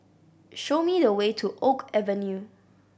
show me the way to Oak Avenue